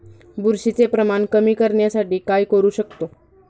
बुरशीचे प्रमाण कमी करण्यासाठी काय करू शकतो?